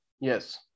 yes